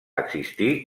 existir